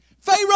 Pharaoh